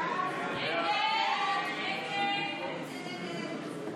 הסתייגות 32 לא נתקבלה.